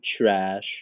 trash